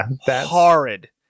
horrid